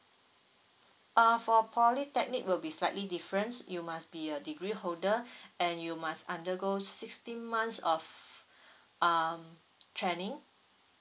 uh for polytechnic will be slightly different you must be a degree holder and you must undergo sixteen months of um training